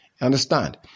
Understand